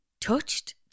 touched